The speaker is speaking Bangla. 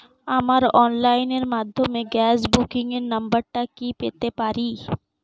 আমার অনলাইনের মাধ্যমে গ্যাস বুকিং এর নাম্বারটা কি পেতে পারি?